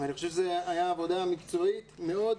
אני חושב שזו הייתה עבודה מקצועית מאוד,